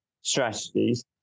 strategies